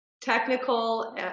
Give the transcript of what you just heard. technical